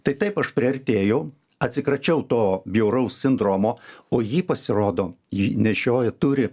tai taip aš priartėjau atsikračiau to bjauraus sindromo o jį pasirodo jį nešioja turi